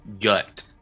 gut